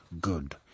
good